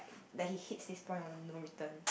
that he hits this point of no return